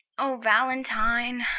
o valentine,